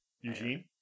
Eugene